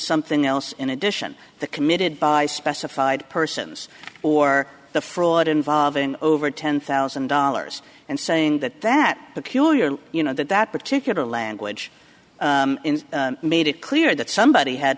something else in addition the committed by specified persons or the fraud involving over ten thousand dollars and saying that that peculiar you know that that particular language made it clear that somebody had